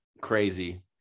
Crazy